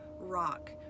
rock